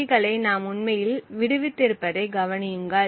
சுட்டிகளை நாம் உண்மையில் விடுவித்திருப்பதைக் கவனியுங்கள்